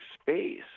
space